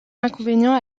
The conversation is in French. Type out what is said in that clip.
inconvénients